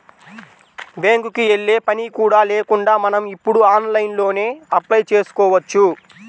బ్యేంకుకి యెల్లే పని కూడా లేకుండా మనం ఇప్పుడు ఆన్లైన్లోనే అప్లై చేసుకోవచ్చు